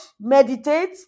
meditate